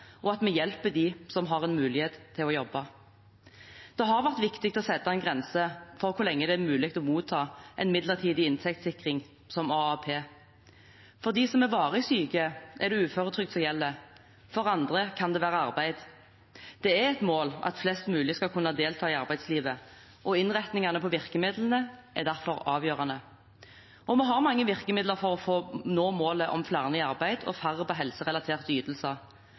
og at vi hjelper dem som har mulighet til å jobbe. Det har vært viktig å sette en grense for hvor lenge det er mulig å motta en midlertidig inntektssikring som AAP. For dem som er varig syke, er det uføretrygd som gjelder, for andre kan det være arbeid. Det er et mål at flest mulig skal kunne delta i arbeidslivet, og innretningene på virkemidlene er derfor avgjørende. Vi har mange virkemidler for å nå målet om flere i arbeid og færre på helserelaterte ytelser.